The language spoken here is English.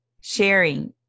sharing